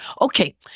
okay